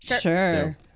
Sure